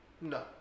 no